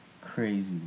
Crazy